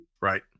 Right